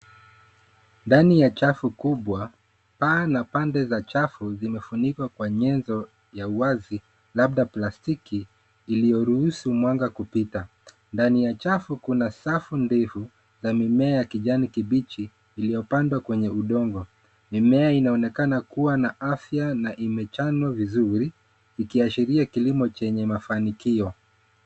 Ndani ya chafu kubwa, paa na pande za chafu zimefunikwa kwa nyenzo ya uwazi labda plastiki iliyo ruhusu mwanga kupita. Ndani ya chafu kuna safu ndefu za mimea ya kijani kibichi iliyopandwa kwenye udongo. Mimea inaonekana kuwa na afya na imechanwa vizuri ikiashiria kilimo chenye mafanikio.